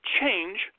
Change